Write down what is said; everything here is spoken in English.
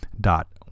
Dot